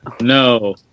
No